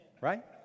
Right